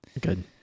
Good